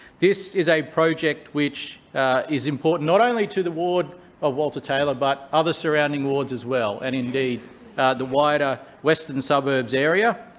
this is a project which is important not only to the ward of walter taylor but other surrounding wards as well, and indeed the wider western suburbs area,